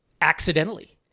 accidentally